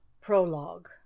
prologue